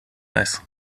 eis